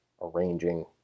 arranging